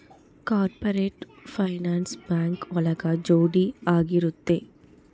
corporate finance bank ಒಳಗ ಜೋಡಿ ಆಗಿರುತ್ತೆ